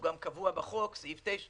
הוא גם קבוע בסעיף 9